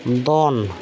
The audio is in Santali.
ᱫᱚᱱ